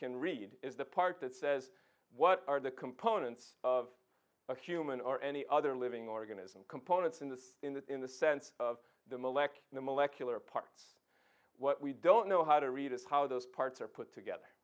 can read is the part that says what are the components of a human or any other living organism components in the in the in the sense of the melech in the molecular parts what we don't know how to read it's how those parts are put together